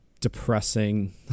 depressing